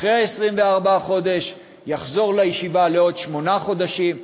ואחרי 24 חודשים יחזור לישיבה לעוד שמונה חודשים,